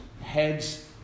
heads